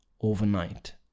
overnight